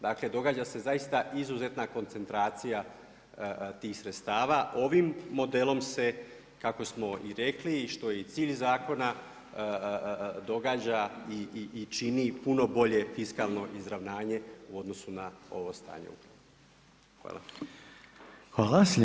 Dakle događa se zaista izuzetna koncentracija tih sredstava, ovim modelom se kako smo i rekli što je i cilj zakona događa i čini puno bolje fiskalno izravnanje u odnosu na ovo stanje.